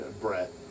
Brett